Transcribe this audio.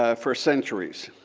ah for centuries.